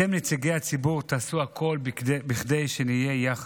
אתם, נציגי הציבור, תעשו הכול כדי שנהיה יחד.